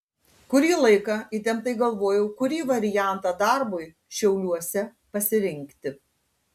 kurį laiką įtemptai galvojau kurį variantą darbui šiauliuose pasirinkti